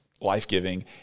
life-giving